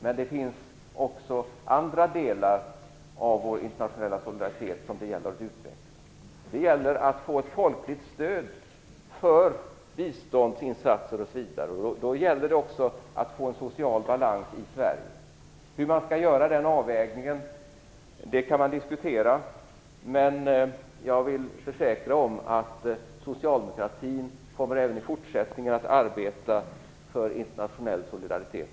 Men det finns också andra delar av vår internationella solidaritet som det gäller att utveckla. Det gäller att få ett folkligt stöd för biståndsinsatser osv. Då gäller det också att få en social balans i Sverige. Hur denna avvägning skall göras kan man diskutera. Men jag vill försäkra att socialdemokratin även i fortsättningen kommer att arbeta för internationell solidaritet.